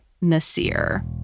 Nasir